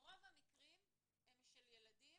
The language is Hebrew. הם של ילדים